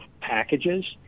packages